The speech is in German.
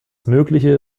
mögliche